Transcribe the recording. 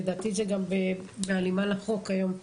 לדעתי זה בהלימה לחוק היום.